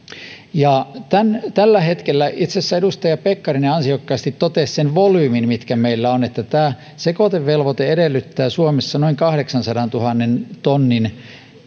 tällä hetkellä itse asiassa edustaja pekkarinen ansiokkaasti totesi sen volyymin mikä meillä on sekoitevelvoite edellyttää suomessa noin kahdeksansadantuhannen tonnin